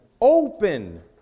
Open